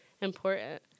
important